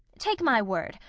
take my word,